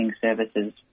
services